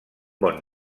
bon